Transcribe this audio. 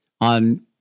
on